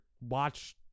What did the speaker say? watch